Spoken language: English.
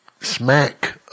smack